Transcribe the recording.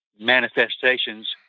manifestations